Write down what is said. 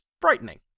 frightening